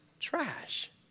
trash